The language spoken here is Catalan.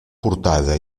portada